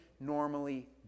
normally